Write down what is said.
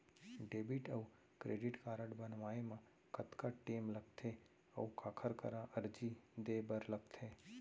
Debit अऊ credit card बनवाए मा कतका टेम लगथे, अऊ काखर करा अर्जी दे बर लगथे?